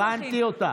הבנתי אותך.